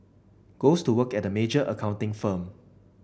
goes to work at a major accounting firm